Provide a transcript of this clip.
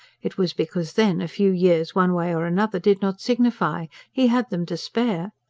it was because then a few years one way or another did not signify he had them to spare.